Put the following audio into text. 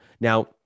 Now